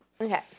Okay